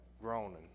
groaning